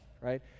right